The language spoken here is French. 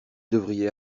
devriez